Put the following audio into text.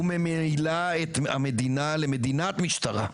וממילא, את המדינה למדינת משטרה.